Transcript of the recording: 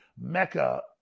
mecca